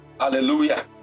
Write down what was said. Hallelujah